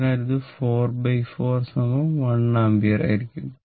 അതിനാൽ ഇത് 44 1 ആമ്പിയർ ആയിരിക്കും